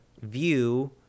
view